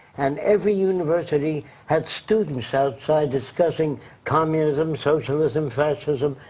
and every university had students outside discussing communism, socialism, fascism.